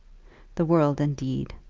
the world indeed!